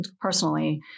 personally